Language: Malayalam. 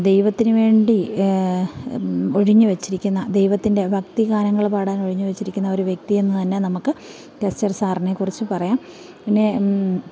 ദൈവത്തിനു വേണ്ടി ഒഴിഞ്ഞു വച്ചിരിക്കുന്ന ദൈവത്തിൻ്റെ ഭക്തിഗാനങ്ങൾ പാടാൻ ഒഴിഞ്ഞു വച്ചിരിക്കുന്ന ഒരു വ്യക്തിയെന്ന് തന്നെ നമുക്ക് കെസ്റ്റർ സാറിനെ കുറിച്ച് പറയാം പിന്നെ